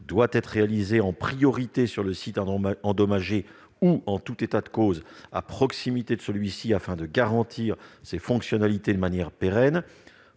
doit être réalisée en priorité sur le site endommagé ou, en tout état de cause, à proximité de celui-ci, afin de garantir ses fonctionnalités de manière pérenne.